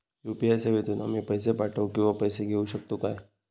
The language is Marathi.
यू.पी.आय सेवेतून आम्ही पैसे पाठव किंवा पैसे घेऊ शकतू काय?